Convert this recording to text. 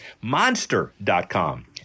monster.com